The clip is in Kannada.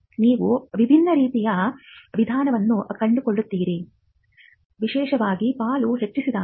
ನೀವು ವಿಭಿನ್ನ ರೀತಿಯ ವಿವಾದಗಳನ್ನು ಕಂಡುಕೊಳ್ಳುತ್ತೀರಿ ವಿಶೇಷವಾಗಿ ಪಾಲು ಹೆಚ್ಚಿಸಿದಾಗ